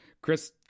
Chris –